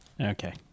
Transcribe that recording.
Okay